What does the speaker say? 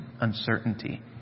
uncertainty